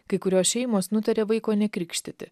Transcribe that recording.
kai kurios šeimos nutaria vaiko nekrikštyti